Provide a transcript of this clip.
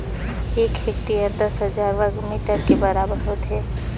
एक हेक्टेयर दस हजार वर्ग मीटर के बराबर होथे